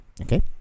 Okay